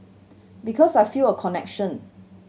because I feel a connection